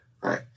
right